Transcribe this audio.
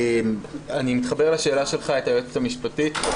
אני מתחבר לשאלה שלך את היועצת המשפטית.